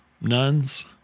nuns